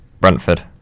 Brentford